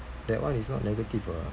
that one is not negative [what]